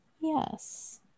Yes